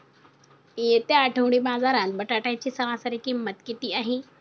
येत्या आठवडी बाजारात बटाट्याची सरासरी किंमत किती आहे?